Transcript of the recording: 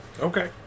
Okay